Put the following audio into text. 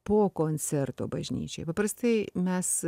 po koncerto bažnyčioj paprastai mes